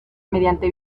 mediante